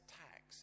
tax